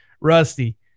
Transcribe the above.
Rusty